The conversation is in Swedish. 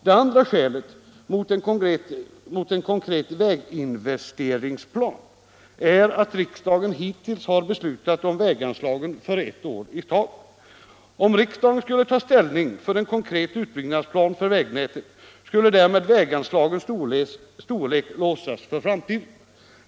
Det andra skälet mot en konkret väginvesteringsplan är att riksdagen hittills har beslutat om väganslagen för ett år i taget. Om riksdagen skulle ta ställning för en konkret utbyggnadsplan för vägnätet, skulle därmed väganslagens storlek låsas för framtiden.